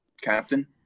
Captain